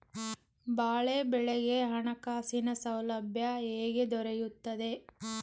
ಬಾಳೆ ಬೆಳೆಗೆ ಹಣಕಾಸಿನ ಸೌಲಭ್ಯ ಹೇಗೆ ದೊರೆಯುತ್ತದೆ?